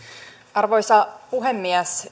arvoisa puhemies